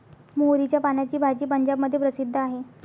मोहरीच्या पानाची भाजी पंजाबमध्ये प्रसिद्ध आहे